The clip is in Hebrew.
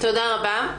תודה רבה.